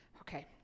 Okay